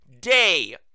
day